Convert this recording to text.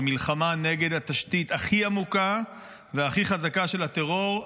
במלחמה נגד התשתית הכי עמוקה והכי חזקה של הטרור,